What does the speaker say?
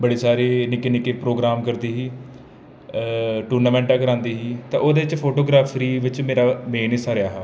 बड़े सारे निक्के निक्के प्रोग्राम करदी ही टूर्नामैंटा करांदी ही ओहदे च फोटोग्राफरी बिच मेरा मेन हिस्सा रेहा हा